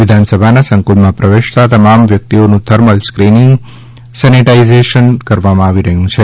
વિધાનસભાના સંકુલમાં પ્રવેશતા તમામ વ્યકિતઓનું થર્મલ સ્કેનીંગ સેનેટાઈઝ કરવામાં આવે છે